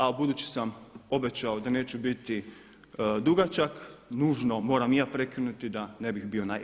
A budući sam obećao da neću biti dugačak nužno moram i ja prekinuti da ne bih bio naivan.